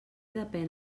depèn